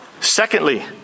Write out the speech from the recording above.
secondly